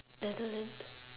Netherlands